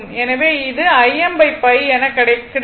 எனவே இது என கிடைக்கும்